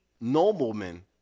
noblemen